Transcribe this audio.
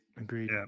agreed